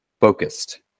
focused